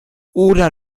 oder